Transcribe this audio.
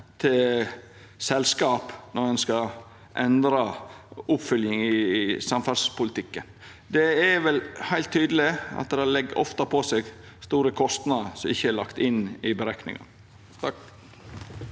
til selskap når ein skal endra oppfylging i samferdselspolitikken. Det er vel heilt tydeleg at det ofte legg på seg store kostnader som ikkje er lagde inn i berekninga.